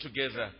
together